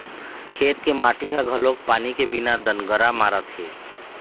खेत के माटी ह घलोक पानी के बिना दनगरा मारत हे